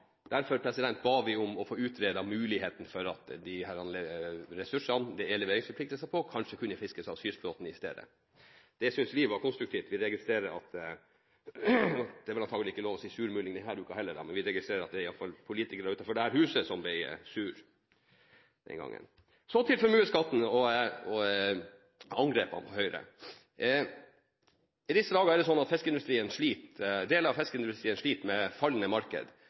ba vi om å få utredet muligheten for at disse ressursene det er leveringsforpliktelser på, kanskje kunne fiskes av kystflåten i stedet. Det syntes vi var konstruktivt. Det er vel antakelig ikke lov til å si «surmuling» denne uken heller, men vi registrerer at det i alle fall er politikere utenfor dette huset som ble sure den gangen. Så til formuesskatten og angrepene på Høyre. I disse dager er det slik at deler av fiskeindustrien sliter med et fallende marked.